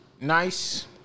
nice